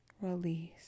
release